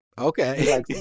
okay